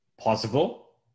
possible